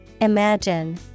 imagine